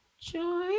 Joy